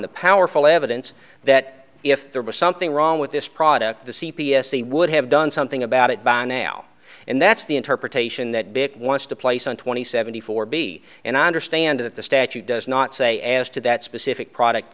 the powerful evidence that if there was something wrong with this product the c p s they would have done something about it by now and that's the interpretation that bit wants to place on twenty seventy four b and i understand that the statute does not say as to that specific product